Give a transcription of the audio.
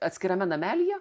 atskirame namelyje